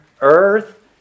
earth